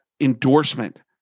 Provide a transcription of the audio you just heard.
endorsement